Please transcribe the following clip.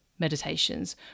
meditations